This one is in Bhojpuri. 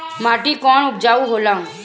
माटी कौन उपजाऊ होला?